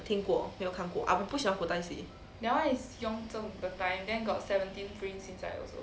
听过没有看过 err 我不喜欢古代戏